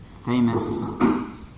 famous